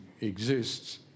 exists